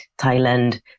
Thailand